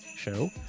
show